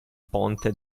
ponte